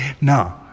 no